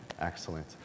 excellent